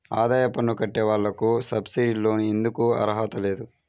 ఆదాయ పన్ను కట్టే వాళ్లకు సబ్సిడీ లోన్ ఎందుకు అర్హత లేదు?